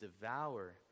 devour